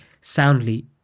soundly